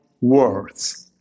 words